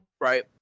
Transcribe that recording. right